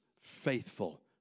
faithful